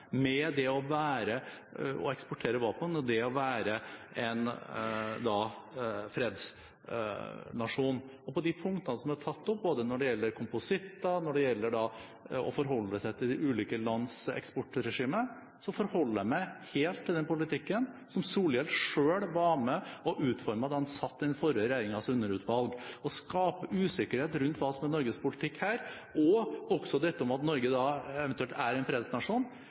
med det å eksportere våpen og det å være en fredsnasjon. På de punktene som er tatt opp, både når det gjelder kompositter, og når det gjelder det å forholde seg til de ulike lands eksportregimer, forholder jeg meg helt til den politikken som representanten Solhjell selv var med på å utforme da han satt i den forrige regjeringens underutvalg. Å skape usikkerhet rundt hva som er Norges politikk her, og også dette om hvorvidt Norge eventuelt er en fredsnasjon,